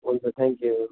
हुन्छ थ्याङ्क्यु